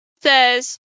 says